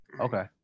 Okay